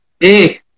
Hey